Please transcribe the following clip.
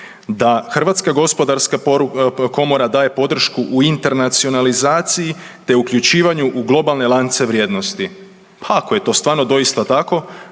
da Hrvatska gospodarska komora daje podršku u internacionalizaciji te uključivanju u globalne lance vrijednosti. Pa ako je to stvarno doista tako,